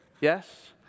yes